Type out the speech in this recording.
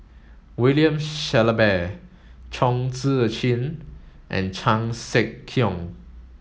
William Shellabear Chong Tze Chien and Chan Sek Keong